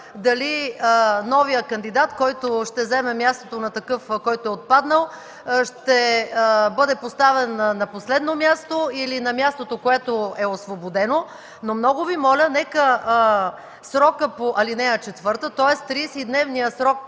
дали новият кандидат, който ще заеме мястото на такъв, който е отпаднал, ще бъде поставен на последно място или на мястото, което е освободено. Но много Ви моля, нека срокът по ал. 4, тоест 30-дневният срок